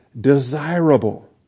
Desirable